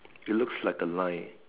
it looks like a line